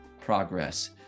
progress